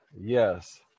Yes